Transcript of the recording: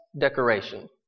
decoration